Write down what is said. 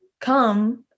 come